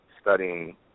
studying